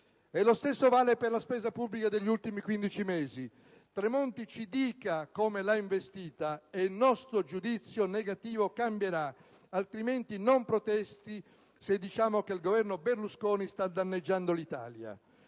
Lo stesso vale per la spesa pubblica degli ultimi 15 mesi. Il ministro Tremonti ci dica come l'ha investita e il nostro giudizio negativo cambierà. Altrimenti non protesti se diciamo che il Governo Berlusconi sta danneggiando l'Italia.